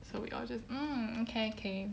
so we all just mm okay K